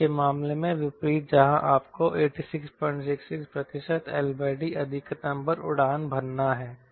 range के मामले के विपरीत जहां आपको 8666 प्रतिशत L D अधिकतम पर उड़ान भरना है